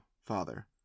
Father